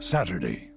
Saturday